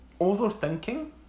overthinking